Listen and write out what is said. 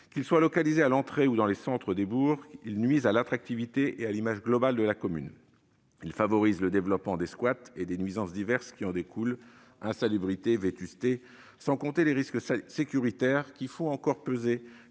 Qu'ils soient localisés à l'entrée ou dans les centres des bourgs, ces biens nuisent à l'attractivité et à l'image globale de la commune. Ils favorisent le développement des squats et des nuisances diverses qui en découlent- insalubrité, vétusté -, sans compter les risques sécuritaires, qui font encore peser